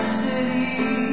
city